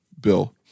Bill